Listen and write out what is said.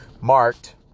marked